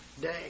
day